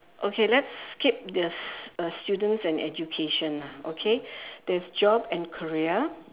okay let's skip this uh students and education lah okay there is job and career